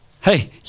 Hey